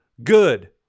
Good